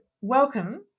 welcome